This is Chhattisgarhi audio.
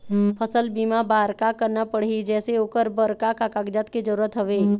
फसल बीमा बार का करना पड़ही जैसे ओकर बर का का कागजात के जरूरत हवे?